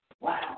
wow